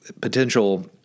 potential